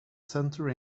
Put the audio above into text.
center